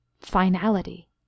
finality